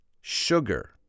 Sugar